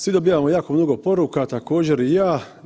Svi dobivamo jako mnogo poruka, također i ja.